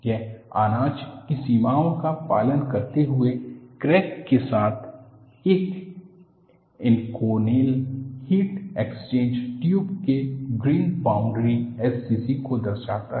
यह अनाज की सीमाओं का पालन करते हुए क्रैक के साथ एक इनकोनेल हीट एक्सचेंजर ट्यूब के ग्रेन बाउन्ड्रीस SCC को दर्शाता है